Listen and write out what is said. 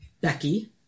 Becky